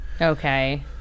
Okay